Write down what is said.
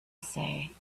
say